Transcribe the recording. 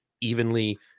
evenly